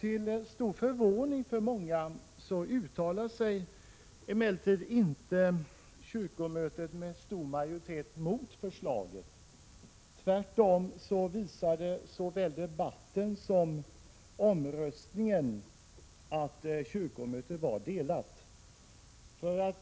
Till stor förvåning för många uttalade sig emellertid kyrkomötet inte med större majoritet mot förslaget. Tvärtom visade såväl debatten som omröstningen att meningarna var delade vid kyrkomötet.